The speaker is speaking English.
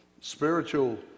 spiritual